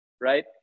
right